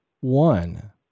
one